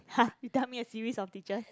!huh! you tell me a series of teachers